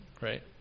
right